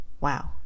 Wow